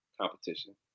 competition